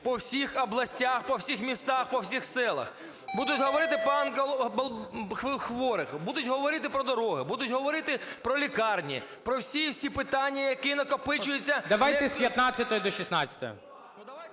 по всіх областях, по всіх містах, по всіх селах. Будуть говорити про онкохворих, будуть говорити про дороги, будуть говорити про лікарні, про всі-всі питання, які накопичуються… ГОЛОВУЮЧИЙ. Давайте з 15-ї до 16-ї.